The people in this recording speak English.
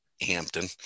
Hampton